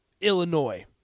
Illinois